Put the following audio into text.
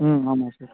ம் ஆமாம் சார்